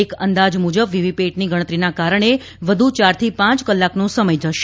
એક અંદાજ મુજબ વીવીપેટની ગણતરીના કારણે વધુ ચારથી પાંચ કલાકનો સમય જશે